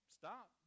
stop